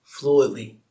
fluidly